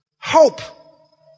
hope